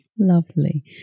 Lovely